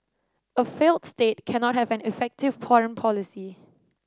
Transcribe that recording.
a failed state cannot have an effective foreign policy